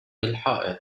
الحائط